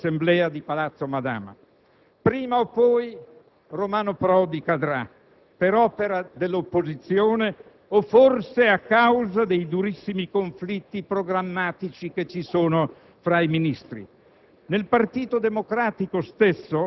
a quella quota della maggioranza dell'Assemblea della maggioranza di Palazzo Madama. Prima o poi, Romano Prodi cadrà, per opera dell'opposizione o, forse, a causa dei durissimi programmatici esistenti fra i ministri.